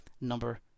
Number